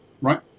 right